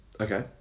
Okay